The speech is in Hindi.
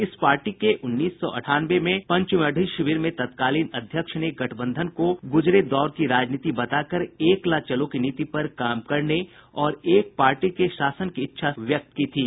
इस पार्टी के उन्नीस सौ अठानवे में पंचमढ़ी शिविर में तत्कालीन अध्यक्ष ने गठबंधन को गुजरे दौर की राजनीति बाताकर एकला चलो की नीति पर काम करने और एक पार्टी के शासन की इच्छा व्यक्ति की थी